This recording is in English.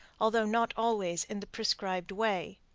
although not always in the prescribed way.